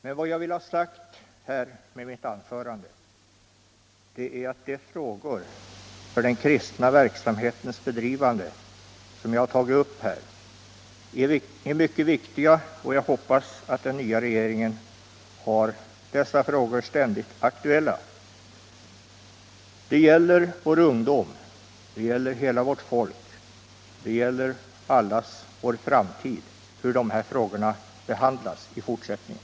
Men vad jag vill ha sagt med mitt anförande är, att de frågor för den kristna verksamhetens bedrivande som jag tagit upp här är mycket viktiga, varför jag hoppas att den nya regeringen har dessa frågor ständigt aktuella. Vår ungdom, hela vårt folk och allas vår framtid är beroende av hur de här frågorna behandlas i fortsättningen.